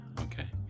okay